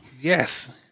Yes